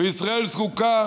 וישראל זקוקה